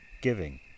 Giving